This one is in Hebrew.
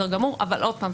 אבל עוד פעם,